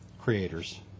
creators